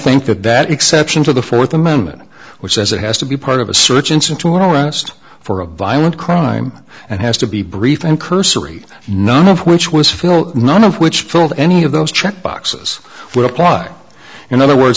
think that that exception to the fourth amendment which says it has to be part of a search engine to arrest for a violent crime and has to be brief and cursory none of which was phil none of which filled any of those check boxes would apply in other words